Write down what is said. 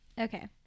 Okay